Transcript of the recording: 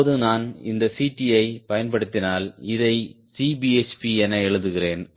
இப்போது நான் இந்த Ct ஐப் பயன்படுத்தினால் இதை Cbhp என எழுதுகிறேன்